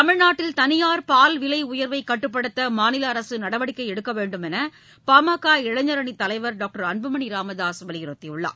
தமிழ்நாட்டில் தனியார் பால் விலை உயர்வை கட்டுப்படுத்த மாநில அரசு நடவடிக்கை எடுக்க வேண்டும் என பா ம க இளைஞா் அணித்தலைவர் டாக்டர் அன்புமணி ராமதாஸ் வலியுறுத்தியுள்ளார்